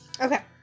Okay